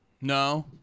No